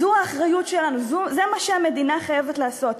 זו האחריות שלנו, זה מה שהמדינה חייבת לעשות.